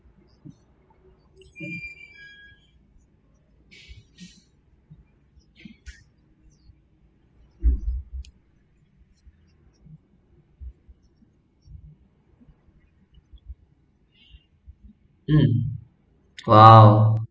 um !wow!